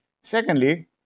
Secondly